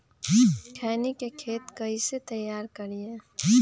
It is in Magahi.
खैनी के खेत कइसे तैयार करिए?